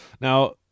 Now